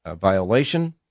violation